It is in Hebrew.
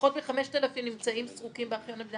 פחות מ-5,000 נמצאים סרוקים בארכיון המדינה.